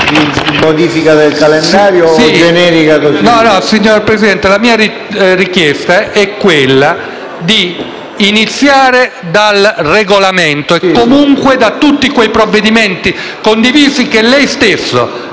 la mia richiesta è di iniziare dal Regolamento e comunque da tutti quei provvedimenti condivisi che lei stesso